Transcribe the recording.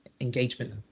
engagement